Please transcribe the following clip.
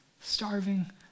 starving